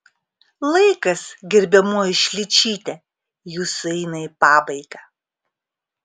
laikas gerbiamoji šličyte jūsų eina į pabaigą